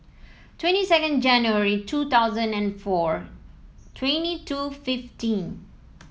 twenty second January two thousand and four twenty two fifteen